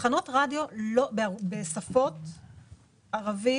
תחנות רדיו בשפות ערבית,